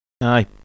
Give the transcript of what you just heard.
Aye